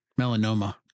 Melanoma